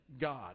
God